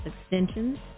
extensions